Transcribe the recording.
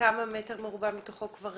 כמה מטרים מרובעים מתוך זה כבר